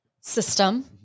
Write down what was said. system